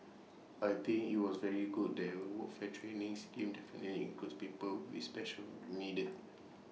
I think IT was very good that the fare training schemes definitively include people with special needs